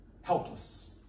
helpless